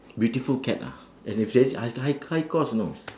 beautiful cat lah and it's very high high high cost you know